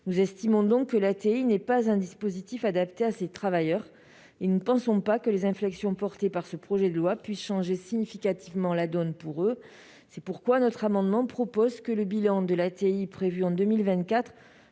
Nous estimons donc que l'ATI n'est pas un dispositif adapté à ces travailleurs ; il ne nous paraît pas que les inflexions apportées dans ce projet de loi pourront changer significativement la donne pour eux. C'est pourquoi nous proposons, dans cet amendement, que le bilan de l'ATI prévu en 2024